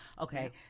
okay